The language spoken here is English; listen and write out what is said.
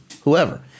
whoever